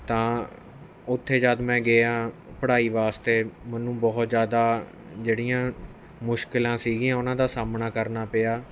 ਤਾਂ ਉੱਥੇ ਜਦ ਮੈਂ ਗਿਆ ਪੜ੍ਹਾਈ ਵਾਸਤੇ ਮੈਨੂੰ ਬਹੁਤ ਜ਼ਿਆਦਾ ਜਿਹੜੀਆਂ ਮੁਸ਼ਕਲਾਂ ਸੀਗੀਆਂ ਉਹਨਾਂ ਦਾ ਸਾਹਮਣਾ ਕਰਨਾ ਪਿਆ